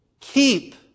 Keep